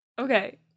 Okay